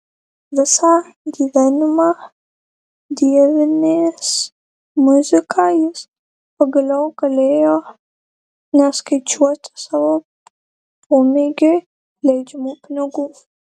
visą gyvenimą dievinęs muziką jis pagaliau galėjo neskaičiuoti savo pomėgiui leidžiamų pinigų